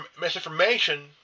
misinformation